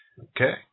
Okay